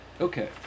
Okay